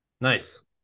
Nice